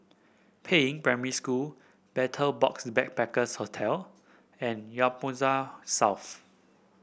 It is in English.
Peiying Primary School Betel Box Backpackers Hostel and Whampoa South